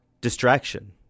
distraction